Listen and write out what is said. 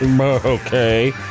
Okay